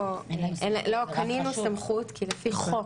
לא קנינו סמכות כי לפי חוק,